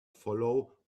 follow